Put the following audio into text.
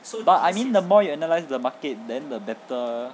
but I mean the more you analyse the market then the better